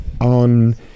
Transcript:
on